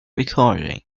recording